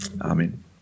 Amen